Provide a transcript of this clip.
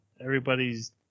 everybody's